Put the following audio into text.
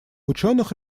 ученых